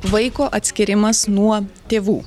vaiko atskyrimas nuo tėvų